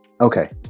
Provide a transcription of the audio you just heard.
Okay